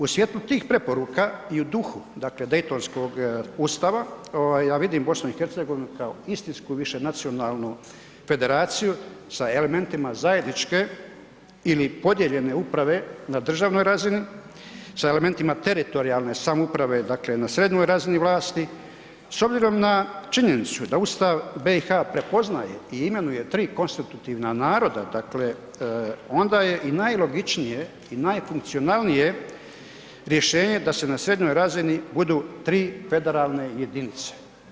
U svjetlu tih preporuka i u duhu daytonskog ustava a vidim BiH kao istinski višenacionalnu federaciju sa elementima zajedničke ili podijeljene uprave na državnoj razini, sa elementima teritorijalne samouprave dakle na srednjoj razini vlasti, s obzirom na činjenicu da Ustav BiH-a prepoznaje i imenuje 3 konstitutivna naroda, dakle onda je i najlogičnije i najfunkcionalnije rješenje da se na srednjoj razini budu 3 federalne jedinice.